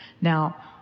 Now